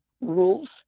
rules